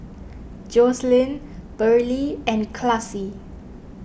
Joselyn Burley and Classie